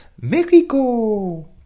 Mexico